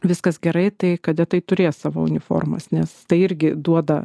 viskas gerai tai kadetai turės savo uniformas nes tai irgi duoda